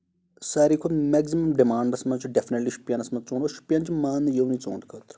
ساروی کھۄتہٕ maximum demands منٛز چھُ ڈیفنِٹلی شُوپینَس منٛز ژوٗنٛٹھ ووٚں گوٚو شُوپین چھُ ماننہٕ یِوان ژوٗنٛٹھٕن خٲطرٕ